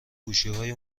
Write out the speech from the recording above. گوشیهای